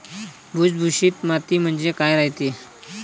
भुसभुशीत माती म्हणजे काय रायते?